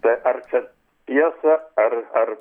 tai ar čia tiesa ar ar